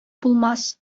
булмас